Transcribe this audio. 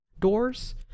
doors